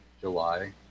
july